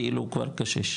כאילו הוא כבר קשיש.